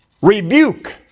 Rebuke